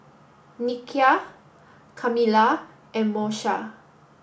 Nikia Kamilah and Moesha